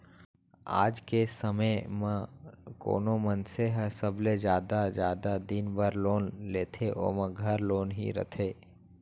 आज के समे म कोनो मनसे ह सबले जादा जादा दिन बर लोन लेथे ओमा घर लोन ही रथे